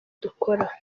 dukora